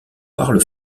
parle